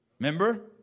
remember